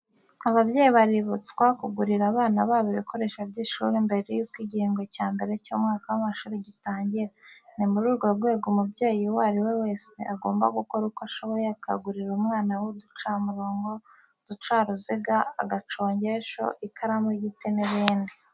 Ababyeyi baributswa kugurira abana babo ibikoresho by'ishuri mbere yuko igihembwe cya mbere cy'umwaka w'amashuri gitangira. Ni muri urwo rwego umubyeyi uwo ari we wese agomba gukora uko ashoboye akagurira umwana we uducamurongo, uducaruziga, agacongesho, ikaramu y'igiti n'ibindi.